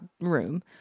room